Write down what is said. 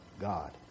God